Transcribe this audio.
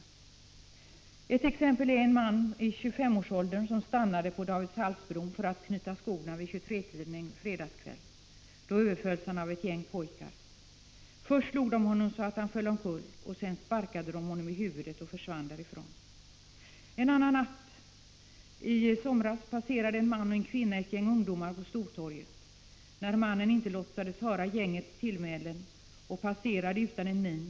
Det första exemplet gäller en man i 25-årsåldern som vid 23-tiden en fredagskväll stannade på Davidshallsbron för att knyta skosnörena. Han överfölls av ett gäng pojkar. Först slog pojkarna honom så att han föll omkull. Sedan sparkade de honom i huvudet. Därefter försvann pojkarna från platsen. Så till det andra exemplet. En natt i somras passerade en man och en kvinna ett gäng ungdomar på Stortorget. Mannen låtsades inte höra gängets tillmälen utan passerade bara utan att göra en min.